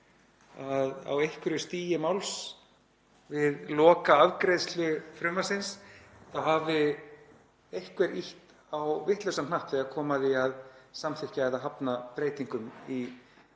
að á einhverju stigi máls við lokaafgreiðslu frumvarpsins hafi einhver ýtt á vitlausan hnapp þegar kom að því að samþykkja eða hafna breytingum í